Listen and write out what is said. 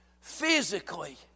physically